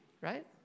right